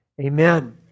Amen